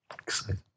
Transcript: Exciting